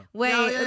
wait